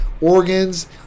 organs